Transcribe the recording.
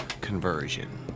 conversion